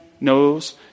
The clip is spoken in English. knows